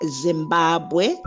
Zimbabwe